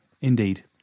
Indeed